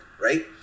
right